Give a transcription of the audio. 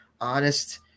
honest